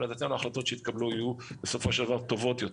אבל לדעתנו ההחלטות שיתקבלו יהיו בסופו של דבר טובות יותר.